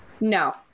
No